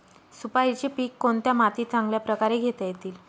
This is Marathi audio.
सुपारीचे पीक कोणत्या मातीत चांगल्या प्रकारे घेता येईल?